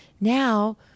Now